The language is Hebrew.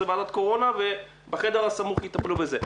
זו ועדת הקורונה ובחדר הסמוך יטפלו בזה.